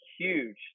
huge